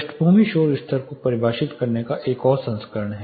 पृष्ठभूमि शोर स्तर को परिभाषित करने का एक और संस्करण है